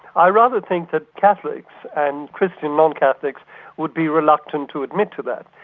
i rather think that catholics and christian non-catholics would be reluctant to admit to that,